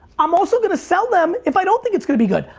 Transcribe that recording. i'm also gonna sell them if i don't think it's gonna be good.